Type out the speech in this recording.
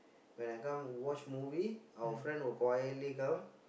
when I come watch movie our friend will quietly come